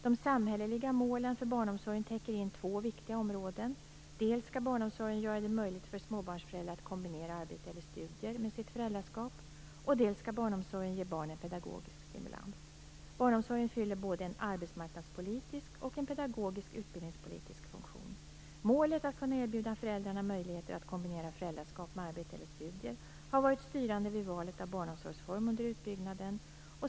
De samhälleliga målen för barnomsorgen täcker in två viktiga områden, dels skall barnomsorgen göra det möjligt för småbarnsföräldrar att kombinera arbete eller studier med sitt föräldraskap, dels skall barnomsorgen ge barnen pedagogisk stimulans. Barnomsorgen fyller både en arbetsmarknadspolitisk och en pedagogisk/utbildningspolitisk funktion. Målet att kunna erbjuda föräldrarna möjligheter att kombinera föräldraskap med arbete eller studier har varit styrande vid valet av barnomsorgsform under utbyggnaden.